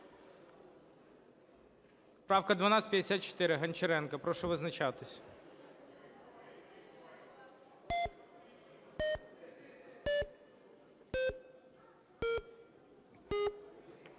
Правка 1254 Гончаренка, прошу визначатися.